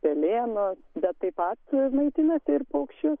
pelėnus bet taip pat maitinasi ir paukščius